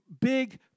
big